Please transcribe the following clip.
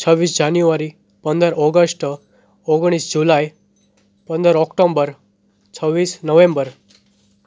છવ્વીસ જાન્યુવારી પંદર ઓગષ્ટ ઓગણીસ જુલાય પંદર ઓક્ટોમ્બર છવ્વીસ નવેમ્બર